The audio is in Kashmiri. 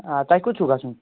آ تۄہہِ کوٚت چھُو گَژُھن